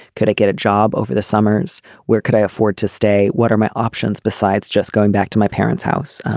could i get a job over the summers where could i afford to stay. what are my options besides just going back to my parents house.